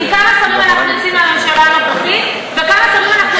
עם כמה שרים אנחנו יוצאים מהממשלה הנוכחית וכמה שרים אנחנו,